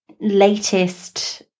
latest